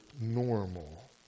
normal